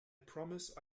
promise